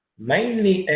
mainly